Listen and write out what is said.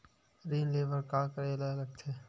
ऋण ले बर का करे ला लगथे?